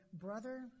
brother